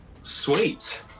Sweet